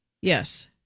Yes